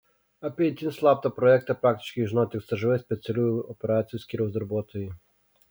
apie itin slaptą projektą praktiškai žinojo tik cžv specialiųjų operacijų skyriaus darbuotojai